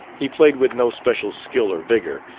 he played with no special skill or vigor,